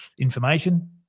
information